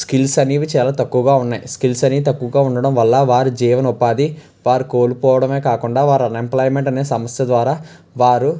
skills అనేవి చాలా తక్కువగా ఉన్నాయి స్కిల్స్ అనేవి తక్కువగా ఉండడం వల్ల వారి జీవన ఉపాధి వారు కోల్పోవడమే కాకుండా వారి అన్ ఎంప్లాయిమెంట్ అనే సమస్య ద్వారా వారు